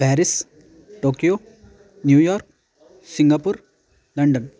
Paris Tokyo New York Singapore London